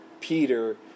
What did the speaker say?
Peter